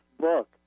book